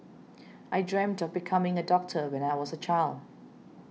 I dreamt of becoming a doctor when I was a child